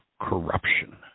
corruption